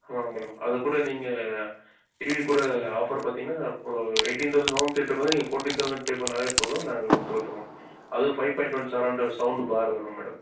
ஆமாங்க மேடம் அது கூட நீங்கள் டிவி கூட ஆஃபர் பார்த்தீங்கன்னா ஒரு எயிட்டீன் தௌசண்ட் ஹோம் தியேட்டருக்கு வந்து நீங்கள் ஃபோர்ட்டீன் தௌசண்ட் பே பண்ணாலே போதும் நாங்கள் கொடுத்து அதுவும் five point one surrounded sound bar வரும் மேடம்